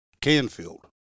Canfield